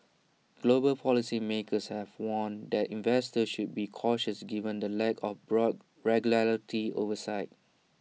global policy makers have warned that investors should be cautious given the lack of broad regulatory oversight